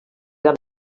per